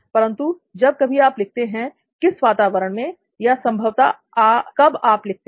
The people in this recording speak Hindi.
परंतु जब कभी भी आप लिखते हैं किस वातावरण में या संभवत कब आप लिखते हैं